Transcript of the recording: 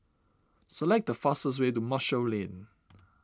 select the fastest way to Marshall Lane